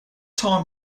time